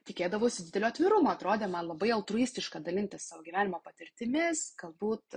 tikėdavausi didelio atvirumo atrodė man labai altruistiška dalintis savo gyvenimo patirtimis galbūt